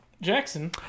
Jackson